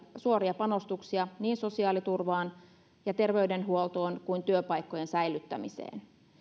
suoria panostuksia niin sosiaaliturvaan ja terveydenhuoltoon kuin työpaikkojen säilyttämiseen